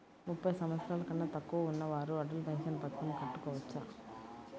ముప్పై సంవత్సరాలకన్నా తక్కువ ఉన్నవారు అటల్ పెన్షన్ పథకం కట్టుకోవచ్చా?